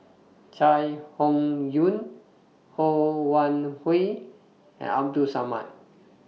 Chai Hon Yoong Ho Wan Hui and Abdul Samad